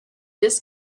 this